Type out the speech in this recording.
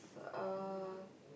uh